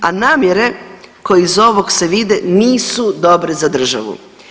A namjere koje iz ovog se vide nisu dobre za državu.